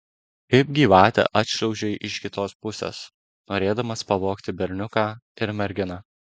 kaip gyvatė atšliaužei iš kitos pusės norėdamas pavogti berniuką ir merginą